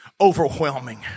overwhelming